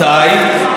רמאי.